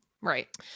Right